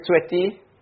sweaty